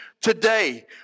today